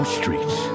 streets